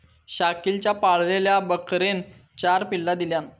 शकिलच्या पाळलेल्या बकरेन चार पिल्ला दिल्यान